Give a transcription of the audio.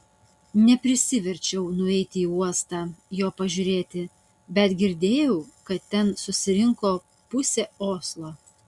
neprisiverčiau nueiti į uostą jo pažiūrėti bet girdėjau kad ten susirinko pusė oslo